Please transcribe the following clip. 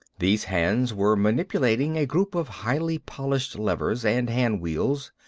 these hands were manipulating a group of highly polished levers and hand-wheels.